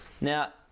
Now